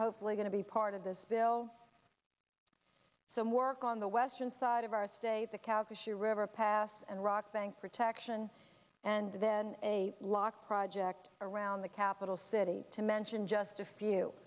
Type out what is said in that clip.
hopefully going to be part of this bill some work on the western side of our state the cows issue river pass and rock bank protection and then a lock project around the capital city to mention just a few